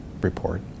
report